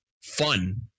fun